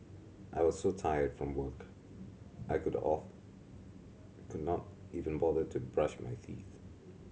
I was so tired from work I could of could not even bother to brush my teeth